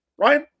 Ryan